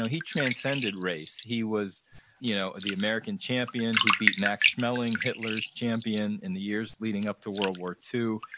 he transcended race. he was you know ah the american champion who beat max schmeling, hitler's champion in the years leading up to world war ii.